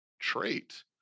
trait